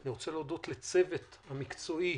אני רוצה להודות לצוות המקצועי